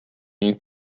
une